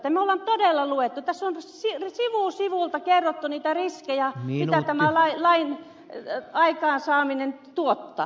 me olemme todella lukeneet tässä on sivu sivulta kerrottu niitä riskejä mitä tämä lain aikaansaaminen tuottaa